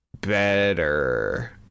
better